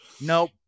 Nope